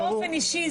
בואו, לא באופן אישי.